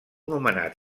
nomenat